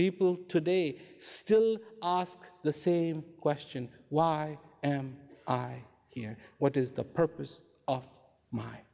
people today still ask the same question why am i here what is the purpose of